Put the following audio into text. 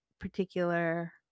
particular